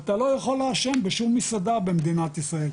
אתה לא יכול לעשן בשום מסעדה במדינת ישראל.